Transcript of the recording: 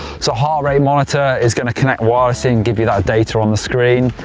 so a heart rate monitor is going to connect wirelessly and give you that data on the screen.